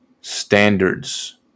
standards